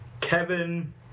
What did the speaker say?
Kevin